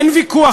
אין ויכוח,